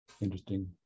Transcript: interesting